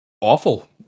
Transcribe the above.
awful